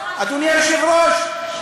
אדוני היושב-ראש,